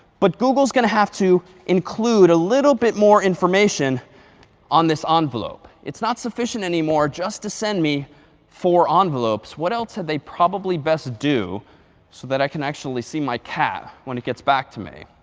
but google's going to have to include a little bit more information on this ah envelope. it's not sufficient anymore just to send me four um envelopes. what else had they probably best do so that i can actually see my cat when it gets back to me?